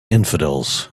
infidels